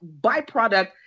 byproduct